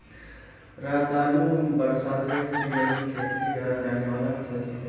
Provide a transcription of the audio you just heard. रतालू बरसातेर सीजनत खेती कराल जाने वाला फसल छिके